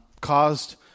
caused